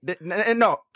No